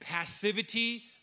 passivity